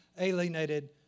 alienated